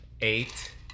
Eight